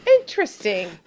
Interesting